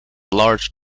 large